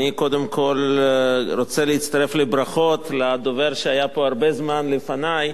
אני קודם כול רוצה להצטרף לברכות לדובר שהיה פה הרבה זמן לפני,